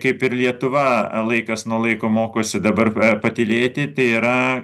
kaip ir lietuva laikas nuo laiko mokosi dabar patylėti tai yra